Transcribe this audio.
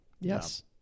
Yes